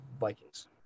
Vikings